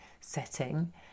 setting